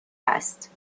است